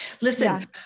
listen